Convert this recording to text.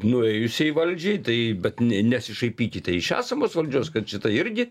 nuėjusiai valdžiai tai bet ne nesišaipykite iš esamos valdžios kad šita irgi